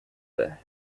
there